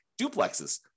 duplexes